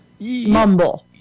mumble